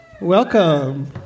Welcome